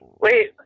Wait